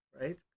right